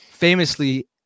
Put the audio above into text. famously